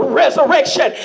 resurrection